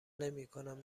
نمیکنم